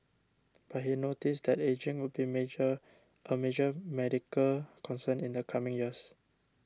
but he noted that ageing would be major a major medical concern in the coming years